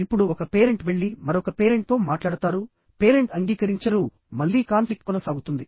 ఇప్పుడు ఒక పేరెంట్ వెళ్లి మరొక పేరెంట్ తో మాట్లాడతారు పేరెంట్ అంగీకరించరు మల్లీ కాన్ఫ్లిక్ట్ కొనసాగుతుంది